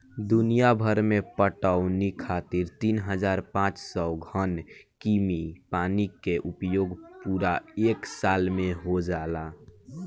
दुनियाभर में पटवनी खातिर तीन हज़ार पाँच सौ घन कीमी पानी के उपयोग पूरा एक साल में हो जाला